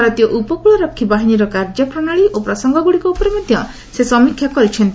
ଭାରତୀୟ ଉପକୂଳ ରକ୍ଷୀ ବାହିନୀର କାର୍ଯ୍ୟପ୍ରଣାଳୀ ଓ ପ୍ରସଙ୍ଗଗୁଡ଼ିକ ଉପରେ ମଧ୍ୟ ସେ ସମୀକ୍ଷା କରିଛନ୍ତି